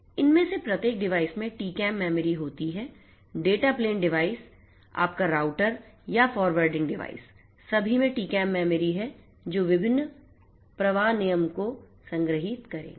इनमें से प्रत्येक डिवाइस में TCAM मेमोरी होती है डेटा प्लेन डिवाइस आपका राउटर या फ़ॉरवर्डिंग डिवाइस सभी में TCAM मेमोरी हैं जो विभिन्न प्रवाह नियमों को संग्रहीत करेंगे